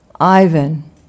Ivan